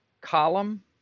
column